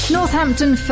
Northampton